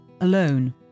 alone